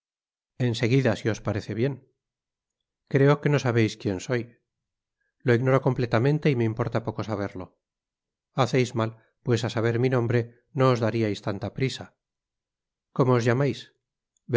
seguida si os parece bien creo que no sabeis quien soy lo ignoro completamente y me importa poco saberlo haceis mal pues á saber mi nombre no os dariais tanta prisa como os llamais